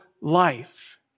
life